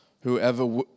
whoever